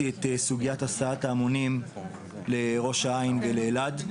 את סוגיית הסעת ההמונים לראש העין ולאלעד,